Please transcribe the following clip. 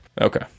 Okay